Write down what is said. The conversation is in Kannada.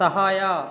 ಸಹಾಯ